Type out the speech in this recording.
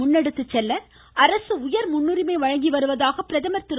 முன்னெடுத்துச் செல்ல அரசு உயர் முன்னுரிமை வழங்கி வருவதாக பிரதமர் திரு